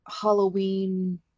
halloween